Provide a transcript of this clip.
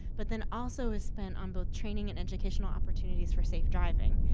but then also is spent on both training and educational opportunities for safe driving.